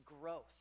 growth